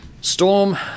Storm